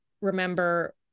remember